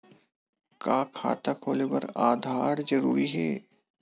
का खाता खोले बर आधार जरूरी हे?